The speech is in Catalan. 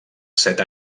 set